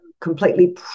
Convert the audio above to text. completely